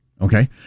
Okay